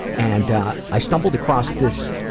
and ah, i stumbled across this,